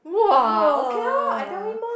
!wah!